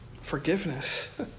Forgiveness